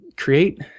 create